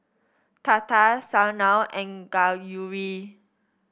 Tata Sanal and Gauri